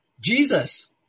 Jesus